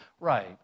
right